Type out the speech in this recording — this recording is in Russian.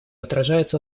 отражается